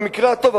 במקרה הטוב,